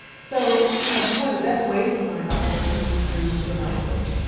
so you know one of the best ways to learn about culture is through their language.